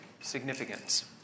significance